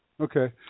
Okay